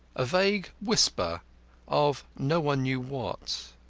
a vague whisper of no one knew what.